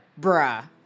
bruh